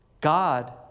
God